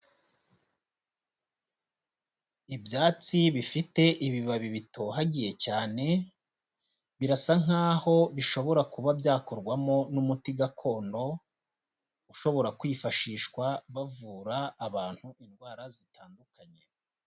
Ibyatsi bifite ibibabi bitohagiye cyane, birasa nkaho bishobora kuba byakorwamo n'umuti gakondo, ushobora kwifashishwa bavura abantu indwara zitandukanye.